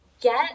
get